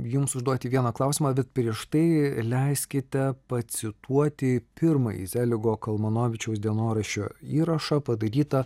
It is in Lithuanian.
jums užduoti vieną klausimą bet prieš tai leiskite pacituoti pirmąjį zeligo kalmanovičiaus dienoraščio įrašą padarytą